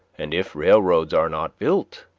and if railroads are not built,